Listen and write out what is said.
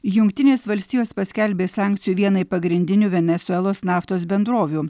jungtinės valstijos paskelbė sankcijų vienai pagrindinių venesuelos naftos bendrovių